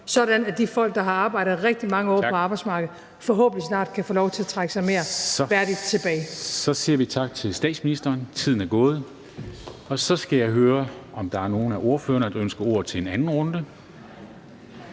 at de folk, der har arbejdet rigtig mange år på arbejdsmarkedet, forhåbentlig snart kan få lov til at trække sig mere værdigt tilbage. Kl. 23:43 Formanden (Henrik Dam Kristensen): Så siger vi tak til statsministeren. Tiden er gået. Så skal jeg høre, om der er nogen af ordførerne, der ønsker ordet i en anden runde.